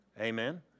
Amen